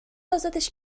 ازادش